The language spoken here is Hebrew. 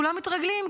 כולם מתרגלים,